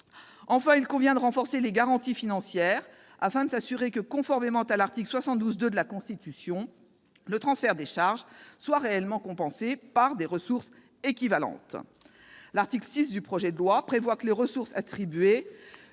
Enfin, il convient de renforcer les garanties financières, afin de s'assurer que, conformément à l'article 72-2 de la Constitution, le transfert de charges est réellement compensé par des ressources équivalentes. L'article 6 du projet de loi prévoit que les ressources attribuées